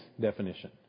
definition